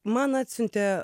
man atsiuntė